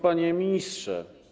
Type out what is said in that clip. Panie Ministrze!